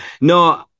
No